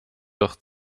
doch